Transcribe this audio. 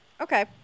Okay